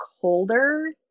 colder